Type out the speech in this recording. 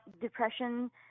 depression